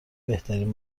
بهترین